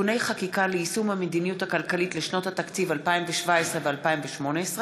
(תיקוני חקיקה ליישום המדיניות הכלכלית לשנות התקציב 2017 ו-2018),